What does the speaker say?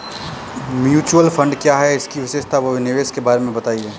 Mutual fund क्या है इसकी विशेषता व निवेश के बारे में बताइये?